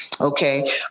okay